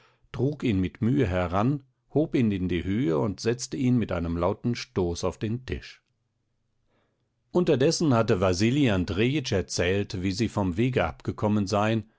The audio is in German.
trug ihn mit mühe heran hob ihn in die höhe und setzte ihn mit einem lauten stoß auf den tisch unterdessen hatte wasili andrejitsch erzählt wie sie vom wege abgekommen seien